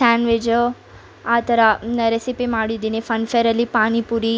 sandwich ಆ ಥರ recipe ಮಾಡಿದ್ದೀನಿ ಫನ್ ಫೇರಲ್ಲಿ ಪಾನಿಪುರಿ